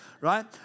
right